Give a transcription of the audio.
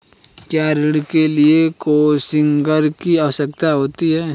क्या ऋण के लिए कोसिग्नर की आवश्यकता होती है?